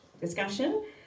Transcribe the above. discussion